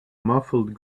muffled